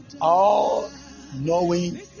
All-Knowing